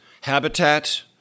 habitat